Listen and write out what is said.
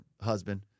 husband